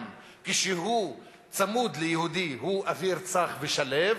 כשהוא צמוד ליהודי הוא "אוויר צח ושלו",